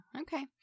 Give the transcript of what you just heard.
Okay